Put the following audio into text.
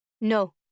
no